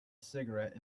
cigarette